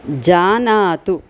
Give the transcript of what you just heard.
जानातु